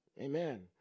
Amen